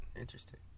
interesting